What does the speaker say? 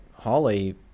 holly